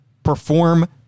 perform